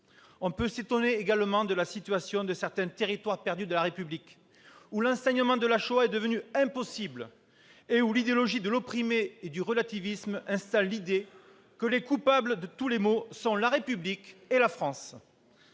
également s'étonner de la situation de certains « territoires perdus de la République », où l'enseignement de la Shoah est devenu impossible et où l'idéologie de l'opprimé et du relativisme installe l'idée que les coupables de tous les maux sont la République et la France.